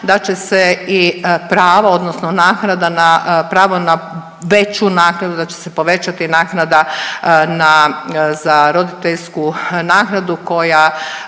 da će se i prava odnosno naknada na, pravo na veću naknadu da će se povećati naknada na, za roditeljsku naknadu koja